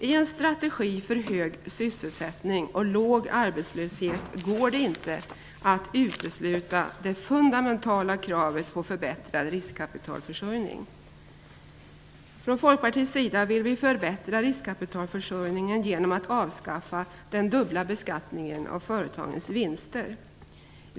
I en strategi för hög sysselsättning och låg arbetslöshet går det inte att utesluta det fundamentala kravet på förbättrad riskkapitalförsörjning. Vi i Folkpartiet vill förbättra riskkapitalförsörjningen genom att avskaffa den dubbla beskattningen av företagens vinster.